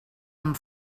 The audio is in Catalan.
amb